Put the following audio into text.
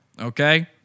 Okay